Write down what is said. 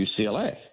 UCLA